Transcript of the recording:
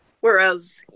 Whereas